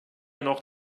noch